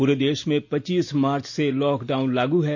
पूरे देश में पच्चीस मार्च से लॉकडाउन लागू है